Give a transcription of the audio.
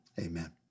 Amen